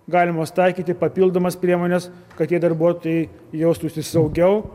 galimos taikyti papildomas priemones kad tie darbuotojai jaustųsi saugiau